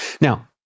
Now